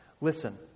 Listen